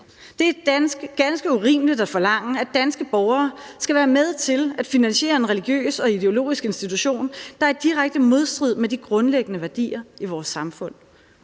Det er ganske urimeligt at forlange, at danske borgere skal være med til at finansiere en religiøs og ideologisk institution, der er direkte i modstrid med de grundlæggende værdier i vores samfund.